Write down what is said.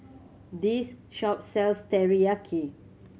this shop sells Teriyaki